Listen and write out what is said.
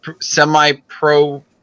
semi-pro